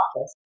office